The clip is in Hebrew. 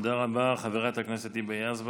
תודה לחברת הכנסת היבה יזבק.